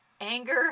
anger